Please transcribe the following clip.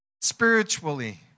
spiritually